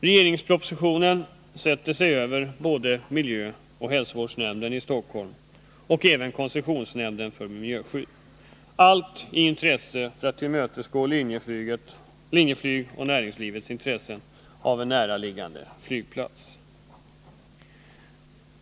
Regeringspropositionen sätter sig över både miljöoch hälsovårdsnämnden i Stockholm och koncessionsnämnden för miljöskydd, allt för att tillmötesgå Linjeflygs och näringslivets intressen av en närliggande flygplats.